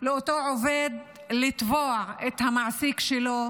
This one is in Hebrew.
לאותו עובד לתבוע את המעסיק שלו: